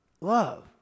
Love